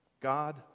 God